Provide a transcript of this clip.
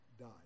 died